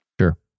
Sure